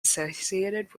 associated